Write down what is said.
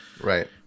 Right